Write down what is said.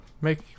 make